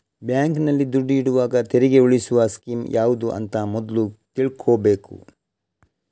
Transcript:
ಬ್ಯಾಂಕಿನಲ್ಲಿ ದುಡ್ಡು ಇಡುವಾಗ ತೆರಿಗೆ ಉಳಿಸುವ ಸ್ಕೀಮ್ ಯಾವ್ದು ಅಂತ ಮೊದ್ಲು ತಿಳ್ಕೊಬೇಕು